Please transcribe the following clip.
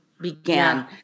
began